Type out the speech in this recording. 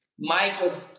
Michael